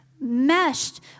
meshed